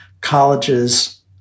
colleges